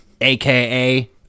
aka